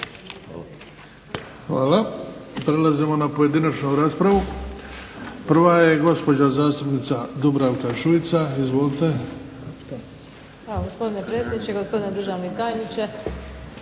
Hvala. Prelazimo na pojedinačnu raspravu. Prva je gospođa zastupnica Dubravka Šuica. Izvolite. **Šuica, Dubravka (HDZ)** Hvala gospodine predsjedniče. Gospodine državni tajniče.